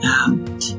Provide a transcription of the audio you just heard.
out